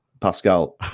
pascal